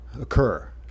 occur